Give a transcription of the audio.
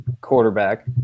quarterback